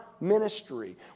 ministry